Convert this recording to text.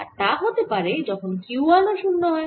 আর তা হতে পারে যখন Q 1 ও 0 হয়